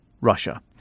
Russia